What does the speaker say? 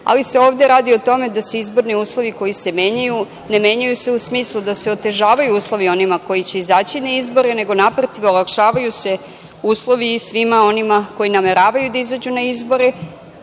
ali se ovde radi o tome da se izborni uslovi koji se menjaju, ne menjaju se u smislu da se otežavaju uslovi onima koji će izaći na izbore, nego naprotiv, olakšavaju se uslovi svima onima koji nameravaju da izađu na izbore. Kada